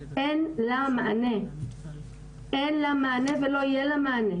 אין לה מענה ולא יהיה לה מענה,